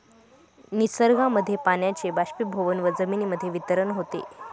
निसर्गामध्ये पाण्याचे बाष्पीभवन व जमिनीमध्ये वितरण होते